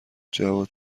جواد